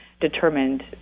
determined